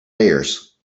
layers